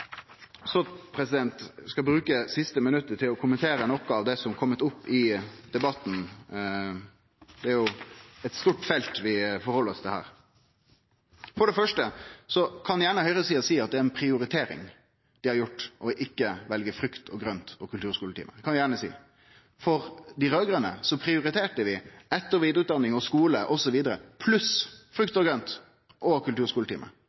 siste minuttet til å kommentere noko av det som har kome fram i debatten. Det er eit stor felt vi diskuterer her. For det første kan gjerne høgresida seie at det er ei prioritering dei har gjort ved ikkje å velje frukt og grønt og kulturskoletime. Det kan ein gjerne seie. Dei raud-grøne prioriterte etter- og vidareutdanning og skole osv. pluss frukt og